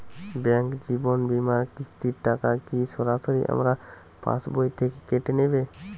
Bank জীবন বিমার কিস্তির টাকা কি সরাসরি আমার পাশ বই থেকে কেটে নিবে?